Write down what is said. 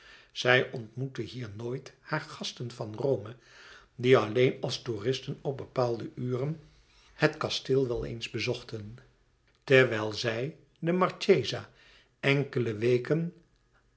zij ontmoette hier nooit hare gasten van rome die alleen als toeristen op bepaalde uren het kasteel wel eens bezochten terwijl zij de marchesa enkele weken